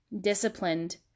disciplined